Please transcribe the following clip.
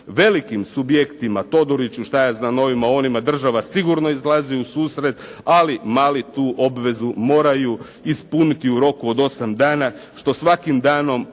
Velikim subjektima Todoriću, ovima, onima država sigurno izlazi u susreta ali mali tu obvezu moraju ispuniti u roku od 8 dana što svakim danom